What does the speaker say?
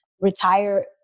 retire